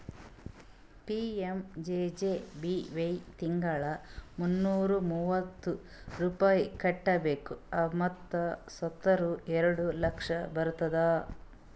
PMJJBY ತಿಂಗಳಾ ಮುನ್ನೂರಾ ಮೂವತ್ತು ರೂಪಾಯಿ ಕಟ್ಬೇಕ್ ಮತ್ ಸತ್ತುರ್ ಎರಡ ಲಕ್ಷ ಬರ್ತುದ್